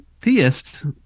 theists